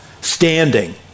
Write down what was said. standing